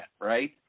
right